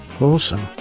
Awesome